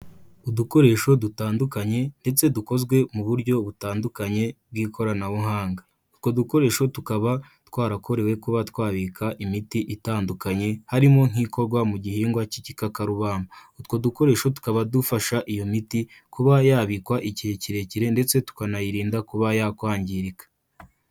Udukoresho dutandukanye ndetse dukozwe mu buryo butandukanye bw'ikoranabuhanga. Utwo dukoresho tukaba twarakorewe kuba twabika imiti itandukanye harimo nk'ikorwa mu gihingwa cy'igikakarubamba. Utwo dukoresho tukaba dufasha iyo miti kuba yabikwa igihe kirekire ndetse tukanayirinda kuba yakwangirika.